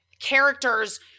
characters